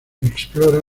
explora